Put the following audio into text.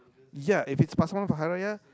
ya if it's Pasar Malam for Hari-Raya